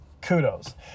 Kudos